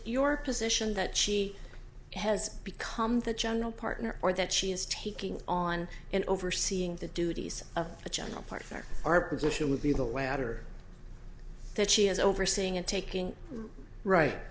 your position that she has become the general partner or that she is taking on and overseeing the duties of a general partner our position would be the latter that she is overseeing and taking right